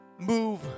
move